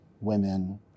women